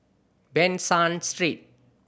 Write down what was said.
Ban San Street